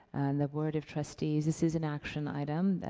the board of trustees, this is an action item,